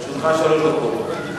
לרשותך שלוש דקות.